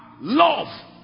love